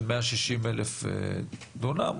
160,000 דונמים,